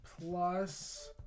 Plus